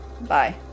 Bye